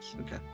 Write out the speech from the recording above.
okay